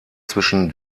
zwischen